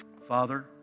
Father